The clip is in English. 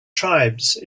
tribes